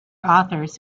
authors